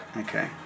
okay